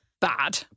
bad